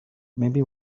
maybe